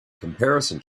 comparison